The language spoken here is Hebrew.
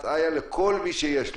לכל מי שיש לו,